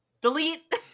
delete